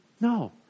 No